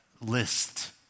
list